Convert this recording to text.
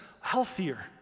healthier